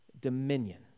dominion